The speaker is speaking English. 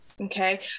Okay